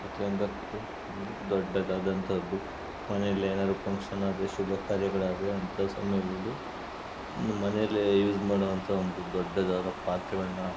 ಪ್ರತಿಯೊಂದ್ರಕ್ಕೂ ಒಂದು ದೊಡ್ಡದಾದಂತಹದ್ದು ಮನೆಯಲ್ಲೇನಾದ್ರು ಫಂಕ್ಷನ್ ಆದರೆ ಶುಭಕಾರ್ಯಗಳಾದ್ರೆ ಅಂತಹ ಸಮಯದಲ್ಲೂ ಮನೆಯಲ್ಲೇ ಯೂಸ್ ಮಾಡುವಂಥ ಒಂದು ದೊಡ್ಡದಾದ ಪಾತ್ರೆಗಳನ್ನ